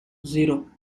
zero